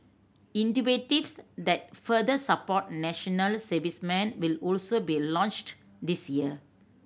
that further support national servicemen will also be launched this year